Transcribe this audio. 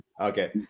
Okay